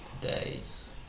days